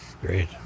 Great